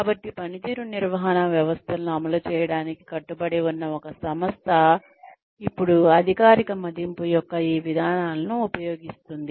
కాబట్టి పనితీరు నిర్వహణ వ్యవస్థలను అమలు చేయడానికి కట్టుబడి ఉన్న ఒక సంస్థ ఇప్పుడు అధికారిక మదింపు యొక్క ఈ విధానాలను ఉపయోగిస్తుంది